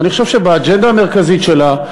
ואני חושב שבאג'נדה המרכזית שלה,